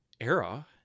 era